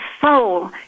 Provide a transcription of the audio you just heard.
soul